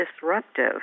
disruptive